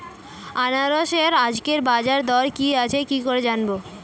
আনারসের আজকের বাজার দর কি আছে কি করে জানবো?